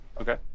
Okay